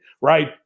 right